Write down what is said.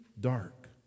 dark